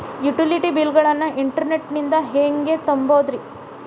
Utility bill ಗಳನ್ನ internet ನಿಂದ ಹೆಂಗ್ ತುಂಬೋದುರಿ?